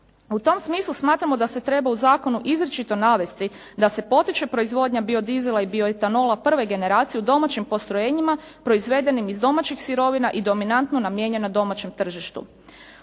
U tom smislu smatramo da se treba u zakonu izričito navesti da se potiče proizvodnja biodizela i bioetanola prve generacije u domaćim postrojenjima, proizvedenim iz domaćih sirovina i dominantno namijenjena domaćem tržištu.